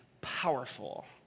powerful